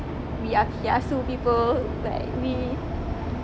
we are kiasu people like we